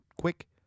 quick